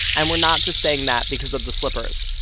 and we're not just saying that because of the slippers.